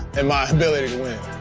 in my ability to win.